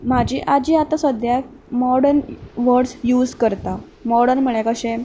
म्हाजी आजी आतां सद्द्याक मॉडन वड्स यूज करता मॉडन म्हळ्या कशें